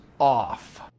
off